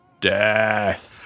death